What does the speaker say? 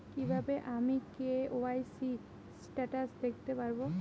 কিভাবে আমি KYC status দেখতে পারবো?